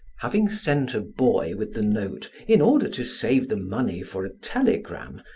having sent a boy with the note in order to save the money for a telegram,